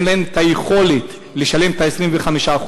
אין להן את היכולת לשלם 25%,